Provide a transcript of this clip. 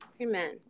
Amen